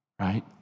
Right